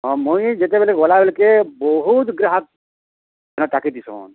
ହଁ ମୁଇଁ ଯେତେବେଲେ ଗଲା ବେଲେକେ ବହୁତ୍ ଗ୍ରାହାକ୍ ଇହାଁ ତାକେ ଦିଶନ୍